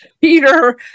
peter